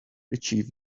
achieve